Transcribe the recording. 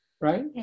right